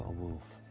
wolf.